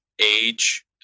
age